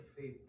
faith